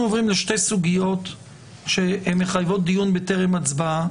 אנחנו עוברים לשתי סוגיות שמחייבות דיון בטרם הצבעה,